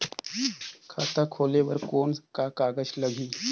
खाता खोले बर कौन का कागज लगही?